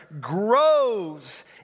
grows